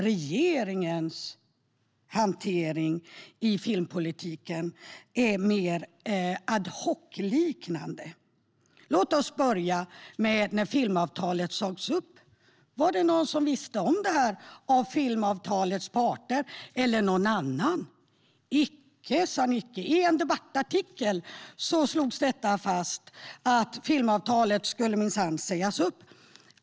Regeringens hantering av filmpolitiken är mer ad hoc-liknande. Låt oss börja med tidpunkten när filmavtalet sas upp. Var det någon av filmavtalets parter eller någon annan som visste om det? Icke, sa Nicke. I en debattartikel slogs det fast att filmavtalet minsann skulle sägas upp.